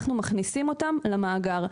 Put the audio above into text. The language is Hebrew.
אנחנו מכניסים אותם למאגר.